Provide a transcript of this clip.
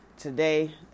today